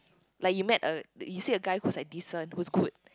like you met a you see a guy who is like decent who is good